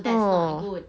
[ho]